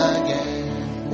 again